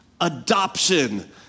adoption